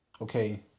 okay